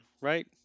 right